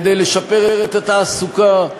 כדי לשפר את התעסוקה,